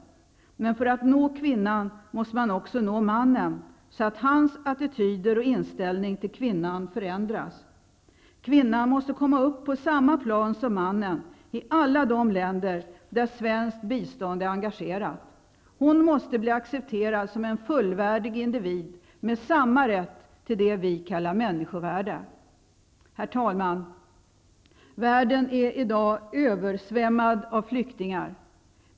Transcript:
Men för att nå kvinnan måste man också nå mannen, så att hans attityder och inställning till kvinnan förändras. Kvinnan måste komma upp på samma plan som mannen i alla de länder där svenskt bistånd är engagerat. Hon måste bli accepterad som en fullvärdig individ med samma rätt till det vi kallar människovärde. Herr talman! Världen är i dag översvämmad av flyktingar.